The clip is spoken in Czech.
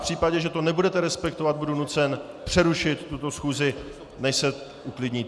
V případě, že to nebudete respektovat, budu nucen přerušit tuto schůzi, než se uklidníte.